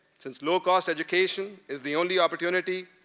since low-cost education is the only opportunity,